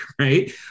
Right